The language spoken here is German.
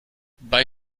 bei